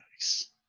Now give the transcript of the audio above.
Nice